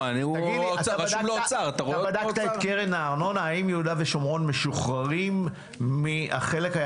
אתה בדקת את קרן הארנונה האם יהודה ושומרון